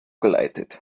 geleitet